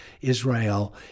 Israel